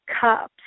Cups